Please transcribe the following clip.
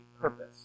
purpose